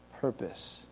purpose